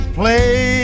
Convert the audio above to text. play